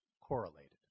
correlated